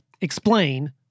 explain